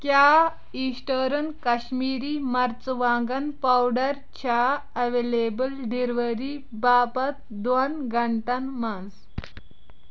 کیٛاہ ایٖسٹٲرٕن کشمیٖری مرژٕوانٛگن پاوڈر چھےٚ ایویلیبٕل ڈیلیوری باپتھ دۄن گنٛٹَن منٛز